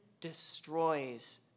destroys